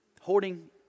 Hoarding